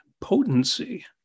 potency